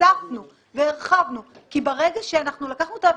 כשהוספנו והרחבנו כי ברגע שהוצאנו את האביזרים,